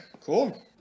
cool